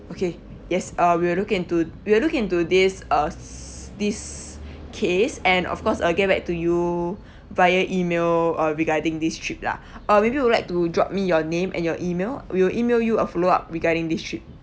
okay yes uh we'll look into we'll look into this uh s~ this case and of course I'll get back to you via email uh regarding this trip lah uh maybe you would like to drop me your name and your email we'll email you a follow up regarding this trip